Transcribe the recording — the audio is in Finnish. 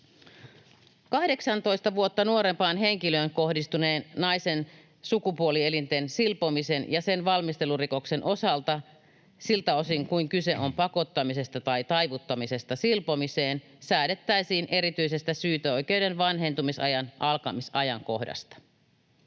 18:aa vuotta nuorempaan henkilöön kohdistuneen naisen sukupuolielinten silpomisen ja sen valmistelurikoksen osalta, siltä osin kuin kyse on pakottamisesta tai taivuttamisesta silpomiseen, säädettäisiin erityisestä syyteoikeuden vanhentumisajan alkamisajankohdasta.